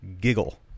giggle